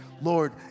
Lord